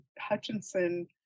Hutchinson